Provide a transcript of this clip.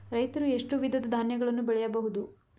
ರೈತರು ಎಷ್ಟು ವಿಧದ ಧಾನ್ಯಗಳನ್ನು ಬೆಳೆಯಬಹುದು?